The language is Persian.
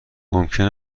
ممکن